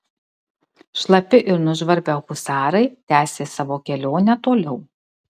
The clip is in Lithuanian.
šlapi ir nužvarbę husarai tęsė savo kelionę toliau